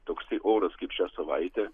toksai oras kaip šią savaitę